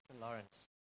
Lawrence